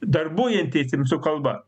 darbuojantiesiems su kalba